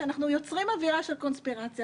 שאנחנו יוצרים אווירה של קונספירציה,